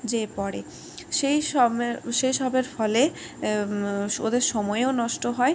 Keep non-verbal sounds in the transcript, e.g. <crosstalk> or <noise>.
যেয়ে পড়ে সেই <unintelligible> সে সবের ফলে ওদের সময়ও নষ্ট হয়